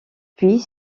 puis